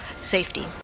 safety